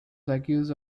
accused